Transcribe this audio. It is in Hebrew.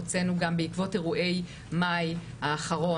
הוצאנו גם בעקבות אירועי מאי האחרון,